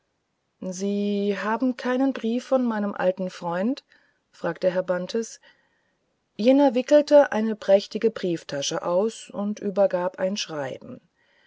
sie haben keinen brief von meinem alten freund fragte herr bantes jener wickelte eine prächtige brieftasche auf und übergab ein schreiben